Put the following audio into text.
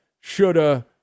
shoulda